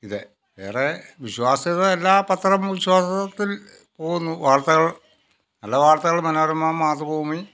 ഇത് വേറെ വിശ്വാസ്യത എല്ലാ പത്രം വിശ്വാസത്തിൽ പോകുന്നു വാർത്തകൾ നല്ല വാർത്തകൾ മനോരമ മാതൃഭൂമി